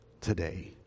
today